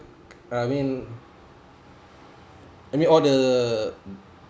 uh I mean I mean all the